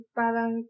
parang